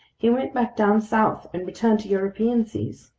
he went back down south and returned to european seas.